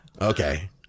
Okay